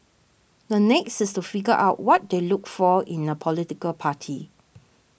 the next is to figure out what they looked for in a political party